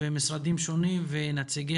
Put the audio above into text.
הכוונה להסתה